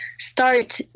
Start